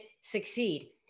succeed